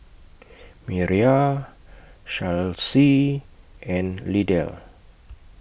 Miriah Charlsie and Lydell